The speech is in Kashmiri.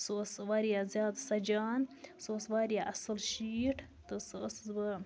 سُہ اوس واریاہ زیادٕ سَجان سُہ اوس واریاہ اصل شیٖٹ تہٕ سُہ ٲسٕس بہٕ